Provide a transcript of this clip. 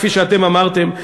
כפי שאמרתם,